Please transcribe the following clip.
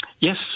Yes